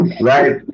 Right